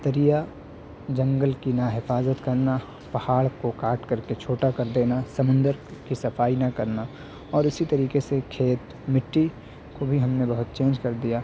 دریا جنگل کی نہ حفاظت کرنا پہاڑ کو کاٹ کر کے چھوٹا کر دینا سمندر کی صفائی نہ کرنا اور اسی طریقے سے کھیت مٹی کو بھی ہم نے بہت چینج کر دیا